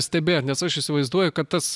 stebėjot nes aš įsivaizduoju kad tas